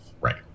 Right